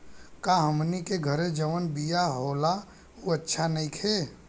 का हमनी के घरे जवन बिया होला उ अच्छा नईखे?